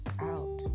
out